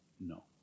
No